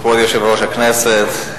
כבוד יושב-ראש הכנסת,